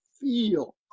feel